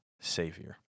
Savior